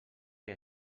que